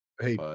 Hey